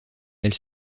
elle